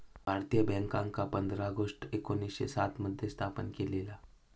भारतीय बॅन्कांका पंधरा ऑगस्ट एकोणीसशे सात मध्ये स्थापन केलेला